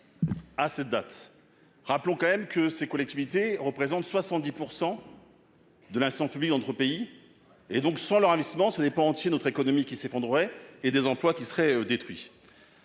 à cette date, rappelons quand même que ces collectivités représentent 70 %. De là son public entre pays et donc ce soir le ravissement ça des pans entiers de notre économie qui s'effondreraient et des emplois qui seraient détruits.